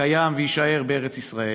קיים ויישאר בארץ ישראל.